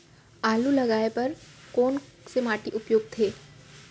आलू लगाय बर कोन से माटी उपयुक्त हे?